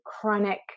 chronic